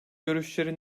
görüşleri